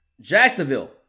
Jacksonville